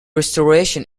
restoration